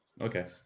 Okay